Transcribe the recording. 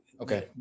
okay